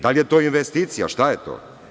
Da li je to investicija, šta je to?